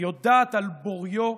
יודעת אותו על בוריו,